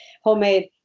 homemade